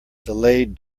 delayed